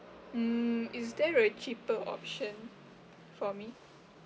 mm is there a cheaper option for me